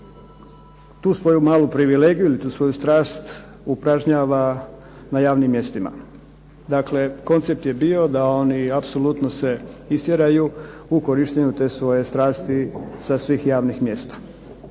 tu svoju malu privilegiju, tu svoju strast upražnjava na javnim mjestima. Dakle, koncept je bio da oni apsolutno se istjeraju u korištenju te svoje strasti sa svih javnih mjesta,